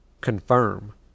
confirm